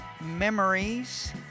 Memories